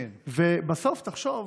בסוף תחשוב